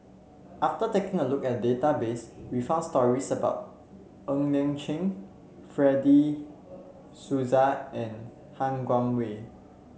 after taking a look at the database we found stories about Ng Liang Chiang Fred De Souza and Han Guangwei